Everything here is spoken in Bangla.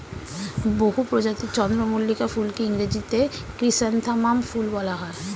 বহু প্রজাতির চন্দ্রমল্লিকা ফুলকে ইংরেজিতে ক্রিস্যান্থামাম ফুল বলা হয়